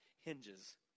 hinges